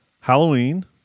Halloween